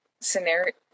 scenario